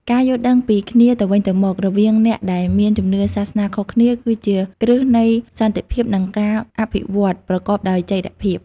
ការយល់ដឹងពីគ្នាទៅវិញទៅមក រវាងអ្នកដែលមានជំនឿសាសនាខុសគ្នា គឺជាគ្រឹះនៃសន្តិភាព និងការអភិវឌ្ឍប្រកបដោយចីរភាព។